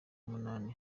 munani